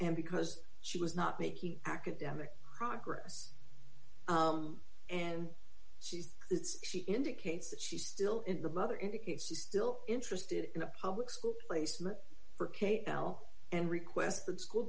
and because she was not making academic progress and she's it's she indicates that she's still in the mother indicates she still interested in a public school placement for kal and request that school